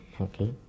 okay